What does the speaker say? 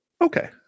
okay